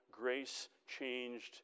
grace-changed